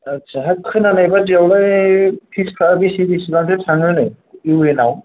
आटसा खोनानाय बायदिआवलाय फिसफ्रा बिसिबां बिसिबां थाङोनो इउ एन आव